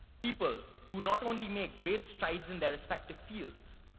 people who not only make great strides in their respective fields,